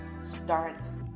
starts